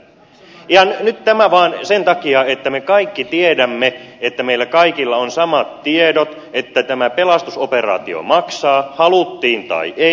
nyt tämä vaan sen takia että me kaikki tiedämme että meillä kaikilla on samat tiedot että tämä pelastusoperaatio maksaa haluttiin tai ei